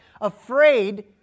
afraid